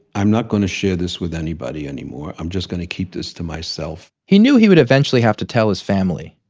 i'm not going to share this with anybody anymore. i'm just going to keep this to myself he knew he would eventually have to tell his family.